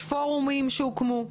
יש פורומים שהוקמו,